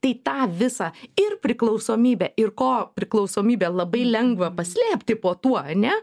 tai tą visą ir priklausomybę ir kopriklausomybę labai lengva paslėpti po tuo ane